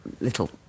little